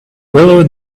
below